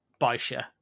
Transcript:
Baisha